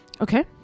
Okay